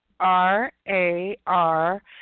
R-A-R-